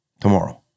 tomorrow